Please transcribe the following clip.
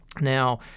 Now